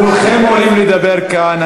כולם עולים לדבר כאן.